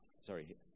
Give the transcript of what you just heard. Sorry